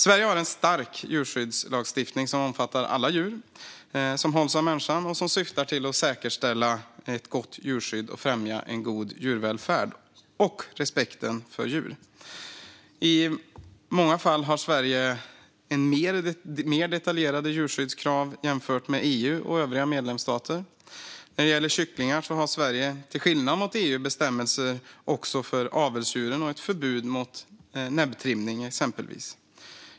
Sverige har en stark djurskyddslagstiftning som omfattar alla djur som hålls av människan och syftar till att säkerställa ett gott djurskydd och att främja en god djurvälfärd och respekten för djur. I många fall har Sverige mer detaljerade djurskyddskrav jämfört med EU och övriga medlemsstater. När det gäller kycklingar har Sverige, till skillnad från EU, bestämmelser även för avelsdjuren och ett förbud mot näbbtrimning, exempelvis.